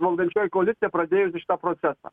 valdančioji koalicija pradėjusi šitą procesą